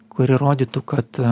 kuri rodytų kad